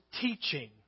teaching